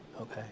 okay